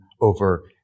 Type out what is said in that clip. over